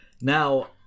Now